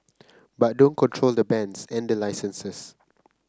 but don't control the bands and the licenses